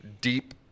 deep